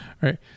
right